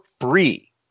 free